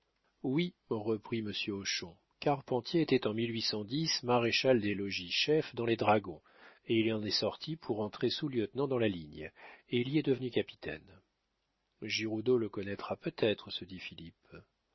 oui reprit monsieur hochon carpentier était en maréchal des logis chefs dans les dragons il en est sorti pour entrer sous-lieutenant dans la ligne et il y est devenu capitaine giroudeau le connaîtra peut-être se dit philippe